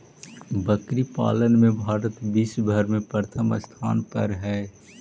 बकरी पालन में भारत विश्व भर में प्रथम स्थान पर हई